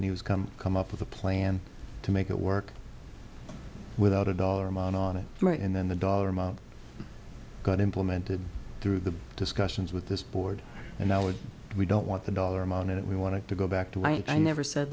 and he was come come up with a plan to make it work without a dollar amount on it right and then the dollar amount got implemented through the discussions with this board and now if we don't want the dollar amount it we want to go back to why i never said